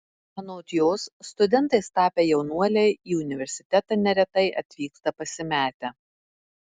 anot jos studentais tapę jaunuoliai į universitetą neretai atvyksta pasimetę